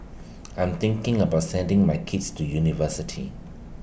I'm thinking about sending my kids to university